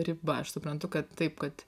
riba aš suprantu kad taip kad